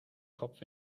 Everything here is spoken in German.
kopf